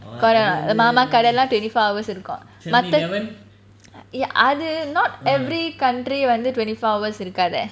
நம்ம கடைலாம்:namma kadailam twenty four hours இருக்கும் மத்த:irukum matha ye~ அது:adhu not every country வந்து:vanthu twenty four hours இருக்காதே:irukathe